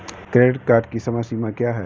Credit card की समय सीमा क्या है?